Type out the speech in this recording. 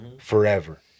Forever